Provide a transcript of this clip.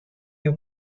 you